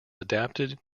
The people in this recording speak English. adapted